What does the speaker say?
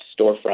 storefront